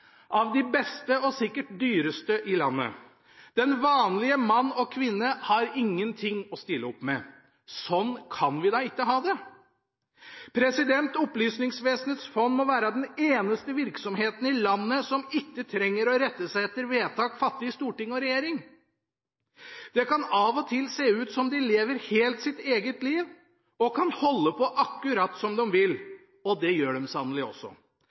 av de beste og sikkert dyreste i landet. Den vanlige mann og kvinne har ingenting å stille opp med. Slik kan vi da ikke ha det! Opplysningsvesenets fond må være den eneste virksomheten i landet som ikke trenger å rette seg etter vedtak fattet i storting og regjering. Det kan av og til se ut som om de lever helt sitt eget liv og kan holde på akkurat som dem vil – og det gjør dem sannelig også.